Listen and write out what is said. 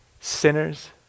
sinners